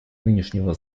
нынешнего